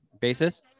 basis